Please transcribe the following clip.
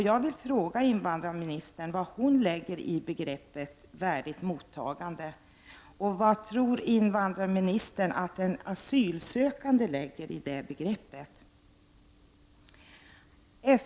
Jag vill fråga invandrarministern vad hon lägger in i begreppet värdigt mottagande. Och vad tror invandrarministern att den asylsökande lägger in i det begreppet?